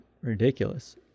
ridiculous